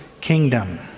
kingdom